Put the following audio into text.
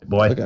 Boy